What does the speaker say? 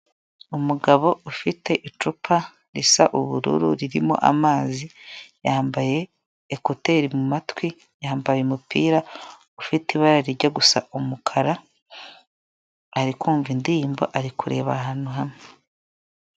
Umugabo ufite icupa risa ubururu ririmo amazi yambaye ekuteri mumatwi yambaye umupira ufite ibara rijya gusa umukara ari kumva indirimbo ari kureba ahantu hamwe.